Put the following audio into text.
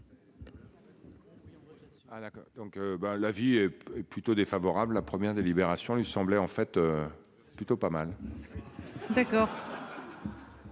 la vie plutôt défavorable la première délibération lui semblait en fait. Plutôt pas mal. D'accord.